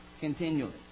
continually